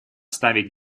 ставить